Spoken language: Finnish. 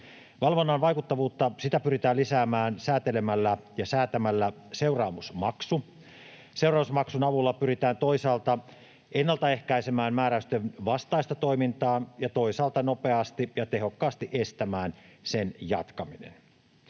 Valvonnan vaikuttavuutta pyritään lisäämään säätämällä seuraamusmaksu. Seuraamusmaksun avulla pyritään toisaalta ennaltaehkäisemään määräysten vastaista toimintaa ja toisaalta nopeasti ja tehokkaasti estämään sen jatkaminen.